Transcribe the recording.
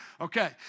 Okay